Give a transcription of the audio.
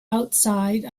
outside